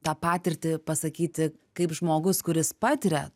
tą patirtį pasakyti kaip žmogus kuris patiria